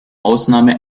ausnahme